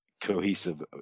cohesive